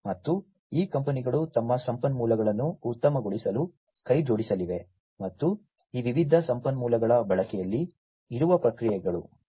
ಮತ್ತು ಈ ಕಂಪನಿಗಳು ತಮ್ಮ ಸಂಪನ್ಮೂಲಗಳನ್ನು ಉತ್ತಮಗೊಳಿಸಲು ಕೈಜೋಡಿಸಲಿವೆ ಮತ್ತು ಈ ವಿವಿಧ ಸಂಪನ್ಮೂಲಗಳ ಬಳಕೆಯಲ್ಲಿ ಇರುವ ಪ್ರಕ್ರಿಯೆಗಳು